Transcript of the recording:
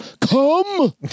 Come